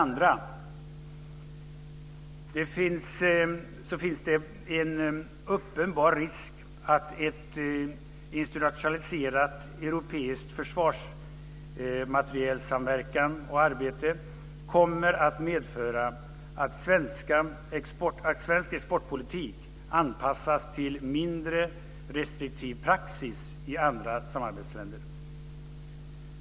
För det andra finns det en uppenbar risk att ett institutionaliserat europeiskt försvarsmaterielsamarbete kommer att medföra att svensk exportpolitik anpassas till mindre restriktiv praxis i andra samarbetsländer.